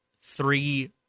three